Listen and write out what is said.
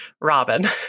Robin